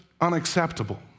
unacceptable